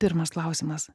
pirmas klausimas